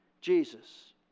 Jesus